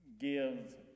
give